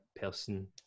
person